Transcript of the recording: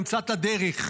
נמצא את הדרך,